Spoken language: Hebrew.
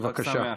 בבקשה.